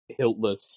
hiltless